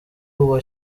uwa